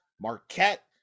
Marquette